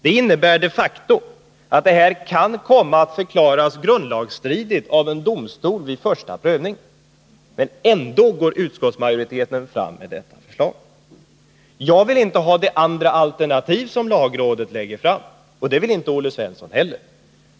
Det innebär de facto att förslaget vid första prövning kan komma att förklaras grundlagsstridigt av domstol. Ändå går utskottsmajoriteten fram med detta förslag. Jag vill inte heller ha det andra alternativ som lagrådet lägger fram, och det vill tydligen inte Olle Svensson heller.